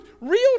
real